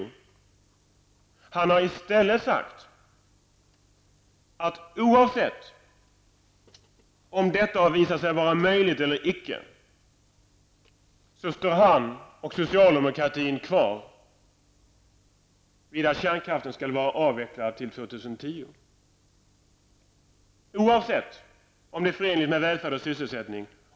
I stället har han sagt att oavsett om det har visat sig vara möjligt eller icke, står han och socialdemokraterna fast vid att kärnkraften skall vara avvecklad till 2010. Oavsett om det är förenligt med välfärd och sysselsättning.